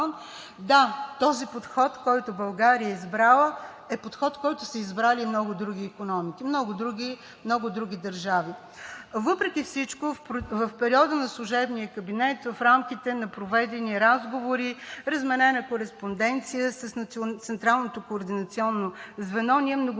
Да, този подход, който България е избрала, е подход, който са избрали и много други икономики, много други държави. Въпреки всичко в периода на служебния кабинет, в рамките на проведени разговори, разменена кореспонденция с централното